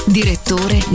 direttore